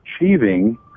achieving